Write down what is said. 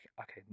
okay